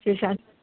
Shiv Shanti